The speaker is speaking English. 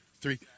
three